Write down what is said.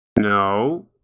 No